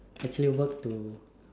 actually work to